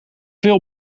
veel